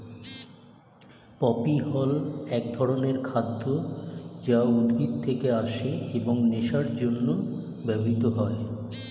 poppy হল এক ধরনের খাদ্য যা উদ্ভিদ থেকে আসে এবং নেশার জন্য ব্যবহৃত হয়